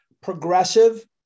progressive